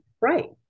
right